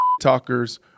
talkers